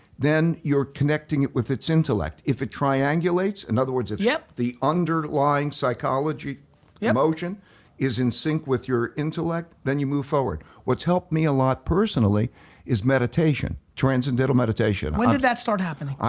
then you're connecting it with its intellect. if it triangulates, in other words if yeah the underlying psychology and emotion is in sync with your intellect, then you move forward. what's helped me a lot personally is meditation, transcendental meditation. when did that start happening?